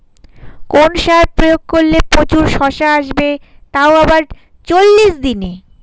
কোন সার প্রয়োগ করলে প্রচুর শশা আসবে তাও আবার চল্লিশ দিনে?